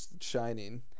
shining